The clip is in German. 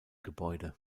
gebäude